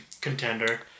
contender